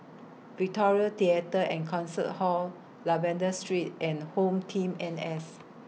Victoria Theatre and Concert Hall Lavender Street and HomeTeam N S